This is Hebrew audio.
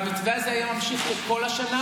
והמתווה הזה היה ממשיך לכל השנה,